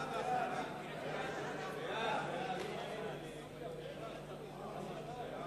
ההצעה להעביר את הצעת חוק לפיצוי פליטים